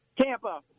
Tampa